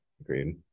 agreed